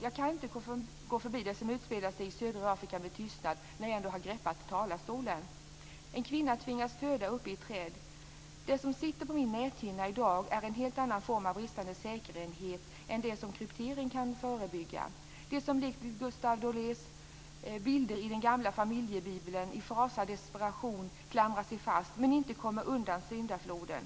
Jag kan inte med tystnad gå förbi det som utspelar sig i södra Afrika när jag ändå står i talarstolen. En kvinna tvingas föda uppe i ett träd. Det som sitter på min näthinna i dag är en helt annan form av bristande säkerhet än det som kryptering kan förebygga. Det är likt Gustave Dorés bilder i den gamla familjebibeln på människor som i fasa och i desperation klamrar sig fast men inte kommer undan syndafloden.